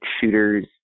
shooters